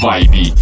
Vibe